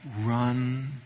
run